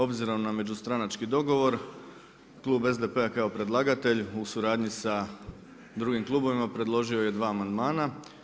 Obzirom na međustranački dogovor, Klub SDP-a kao predlagatelj u suradnji sa drugim klubovima preložio je 2 amandmana.